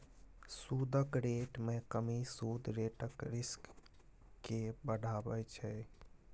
सुदक रेट मे कमी सुद रेटक रिस्क केँ बढ़ाबै छै